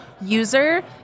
user